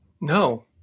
No